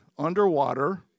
Underwater